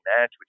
match